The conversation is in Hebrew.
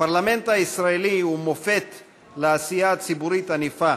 הפרלמנט הישראלי הוא מופת לעשייה ציבורית ענפה,